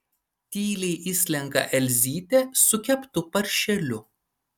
tyliai įslenka elzytė su keptu paršeliu